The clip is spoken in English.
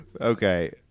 Okay